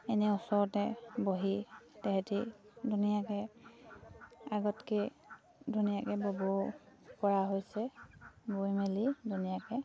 এনে ওচৰতে বহি তেহেঁতি ধুনীয়াকে আগতকে ধুনীয়াকে ব'ব পৰা হৈছে বৈ মেলি ধুনীয়াকে